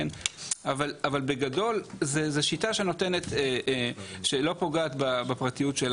אבל בגדול זו שיטה שלא פוגעת בפרטיות של